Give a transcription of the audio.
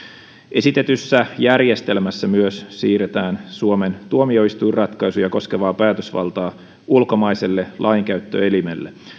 esitetyssä järjestelmässä myös siirretään suomen tuomioistuinratkaisuja koskevaa päätösvaltaa ulkomaiselle lainkäyttöelimelle